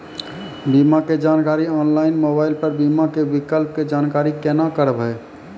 बीमा के जानकारी ऑनलाइन मोबाइल पर बीमा के विकल्प के जानकारी केना करभै?